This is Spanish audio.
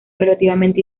relativamente